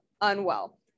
unwell